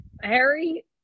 Harry